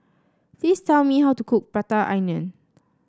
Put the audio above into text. please tell me how to cook Prata Onion